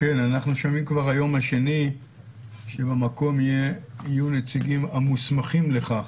אנחנו שומעים כבר היום השני שבמקום יהיו "הנציגים המוסמכים לכך"